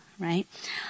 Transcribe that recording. Right